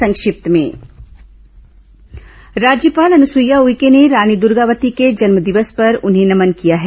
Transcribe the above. संक्षिप्त समाचार राज्यपाल अनुसुईया उइके ने रानी दुर्गावती के जन्मदिवस पर उन्हें नमन किया है